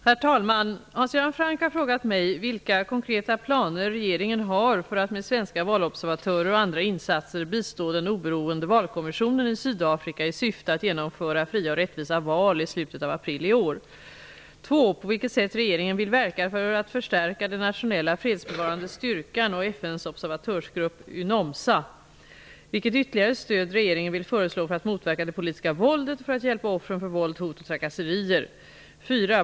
Herr talman! Hans Göran Franck har frågat mig: 1. Vilka konkreta planer regeringen har för att med svenska valobservatörer och andra insatser bistå den oberoende valkommissionen i Sydafrika i syfte att genomföra fria och rättvisa val i slutet av april i år, 2. På vilket sätt regeringen vill verka för att förstärka den nationella fredsbevarande styrkan och FN:s observatörsgrupp UNOMSA, 3. Vilket ytterligare stöd regeringen vill föreslå för att motverka det politiska våldet och för att hjälpa offren för våld, hot och trakasserier, 4.